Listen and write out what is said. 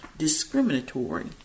discriminatory